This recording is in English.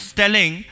telling